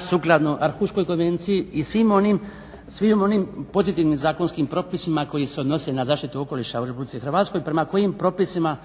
se ne razumije./… konvenciji i svim onim pozitivnim zakonskim propisima koji se odnose na zaštitu okoliša u RH prema kojim propisima